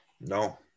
No